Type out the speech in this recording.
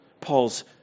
Paul's